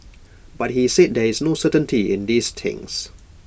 but he said there is no certainty in these things